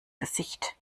gesicht